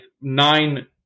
nine